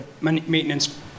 maintenance